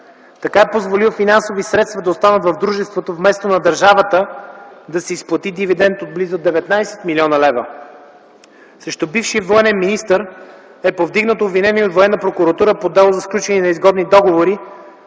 Така е позволил финансови средства да останат в дружеството, вместо на държавата да се изплати дивидент от близо 19 млн. лв. Срещу бившия военен министър е повдигнато обвинение и от Военна прокуратура по дело за сключени неизгодни договори,